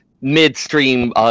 midstream